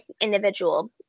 individual